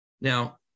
Now